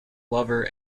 lover